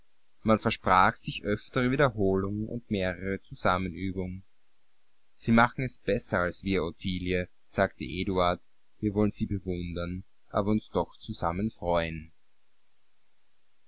man versprach sich öftere wiederholung und mehrere zusammenübung sie machen es besser als wir ottilie sagte eduard wir wollen sie bewundern aber uns doch zusammen